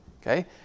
okay